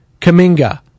Kaminga